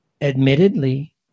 admittedly